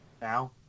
Now